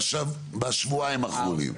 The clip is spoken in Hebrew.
בשבועיים האחרונים.